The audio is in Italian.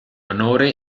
onore